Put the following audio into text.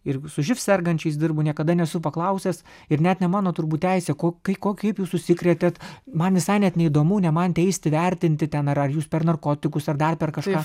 ir su živ sergančiais dirbu niekada nesu paklausęs ir net ne mano turbūt teisė ko kai ko kaip jūs užsikrėtėt man visai net neįdomu man teisti vertinti ten ar ar jūs per narkotikus ar dar per kažką